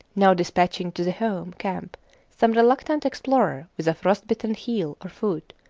now dispatching to the home camp some reluctant explorer with a frostbitten heel or foot,